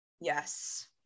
Yes